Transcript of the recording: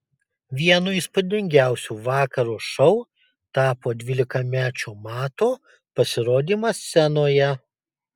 vienu įspūdingiausių vakaro šou tapo dvylikamečio mato pasirodymas scenoje